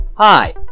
Hi